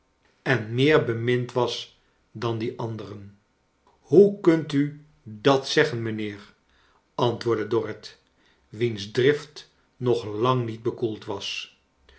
en kleine dorrit meer bemind was dan die anderen hoe kunt u dat zeggen mijnheer autwoordde dorrit wiens drift nog lang niet bekoeld was